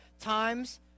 times